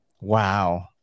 Wow